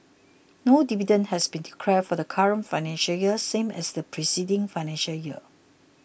no dividend has been declared for the current financial year same as the preceding financial year